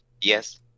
Yes